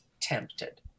tempted